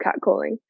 catcalling